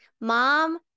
Mom